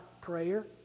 prayer